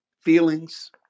feelings